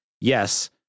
yes